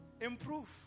Improve